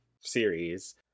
series